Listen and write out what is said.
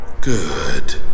Good